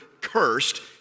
cursed